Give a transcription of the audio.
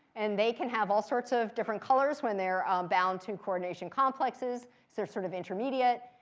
and they can have all sorts of different colors when they're bound to coordination complexes. so they're sort of intermediate.